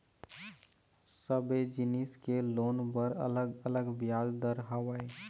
सबे जिनिस के लोन बर अलग अलग बियाज दर हवय